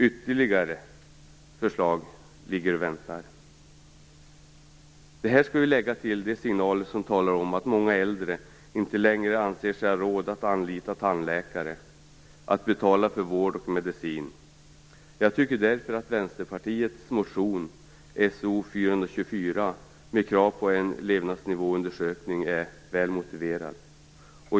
Ytterligare förslag väntar. Till det här skall vi lägga signalerna om att många äldre inte längre anser sig ha råd att anlita tandläkare eller betala för vård och medicin. Jag tycker därför att Vänsterpartiets motion So424 med krav på en levnadsnivåundersökning är väl motiverad.